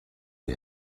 die